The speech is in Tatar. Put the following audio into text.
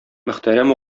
мөхтәрәм